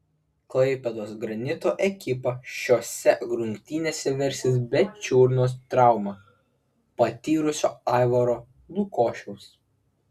klaipėdos granito ekipa šiose rungtynėse versis be čiurnos traumą patyrusio aivaro lukošiaus